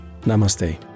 namaste